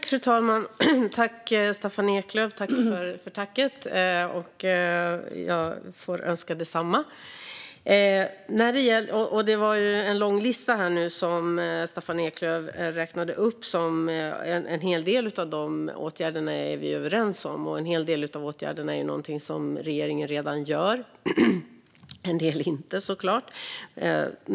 Fru talman! Tack, Staffan Eklöf, för tacket! Och jag får önska detsamma. Det var en lång lista som Staffan Eklöf räknade upp. En hel del av de åtgärderna är vi överens om. En hel del av åtgärderna gör regeringen redan, och en del gör regeringen inte, såklart.